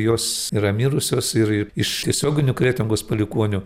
jos yra mirusios ir iš tiesioginių kretingos palikuonių